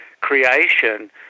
creation